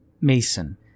Mason